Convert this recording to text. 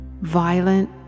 violent